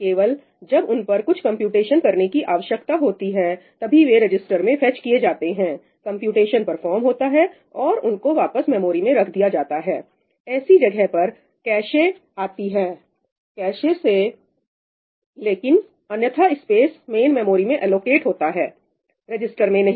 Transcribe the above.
केवल जब उन पर कुछ कंप्यूटेशन करने की आवश्यकता होती है तभी वे रजिस्टर्स में फेच किए जाते हैं कंप्यूटेशन परफॉर्म होता है और उनको वापस मेमोरी में रख दिया जाता है ऐसी जगह पर कैसे आती है कैसे से लेकिन अन्यथा स्पेस मेन मेमोरी मेमोरी में एलोकेट होता है रजिस्टर्स में नहीं